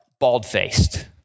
bald-faced